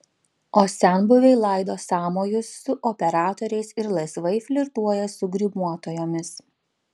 o senbuviai laido sąmojus su operatoriais ir laisvai flirtuoja su grimuotojomis